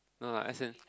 no lah as in